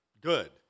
good